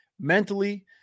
mentally